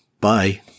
Bye